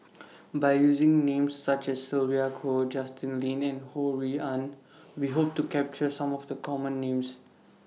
By using Names such as Sylvia Kho Justin Lean and Ho Rui An We Hope to capture Some of The Common Names